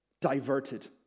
diverted